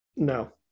No